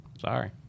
Sorry